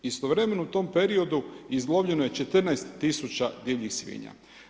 Istovremeno u tom periodu izlovljeno je 14 000 divljih svinja.